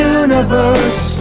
universe